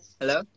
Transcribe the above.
hello